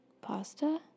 pasta